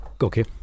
Okay